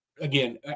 again